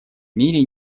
мире